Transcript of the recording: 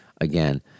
again